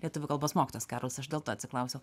lietuvių kalbos mokytojas karolis aš dėl to atsiklausiau